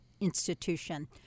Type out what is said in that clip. institution